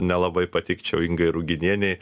nelabai patikčiau ingai ruginienei